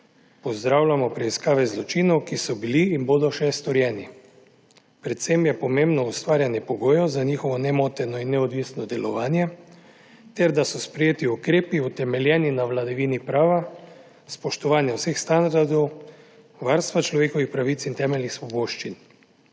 pozdravljamo preiskave zločinov, ki so bili in bodo še storjeni. Predvsem je pomembno ustvarjanje pogojev za njihovo nemoteno in neodvisno delovanje ter da so sprejeti ukrepi utemeljeni na vladavini prava, spoštovanja vseh standardov, varstva človekovih pravic in temeljnih svoboščin.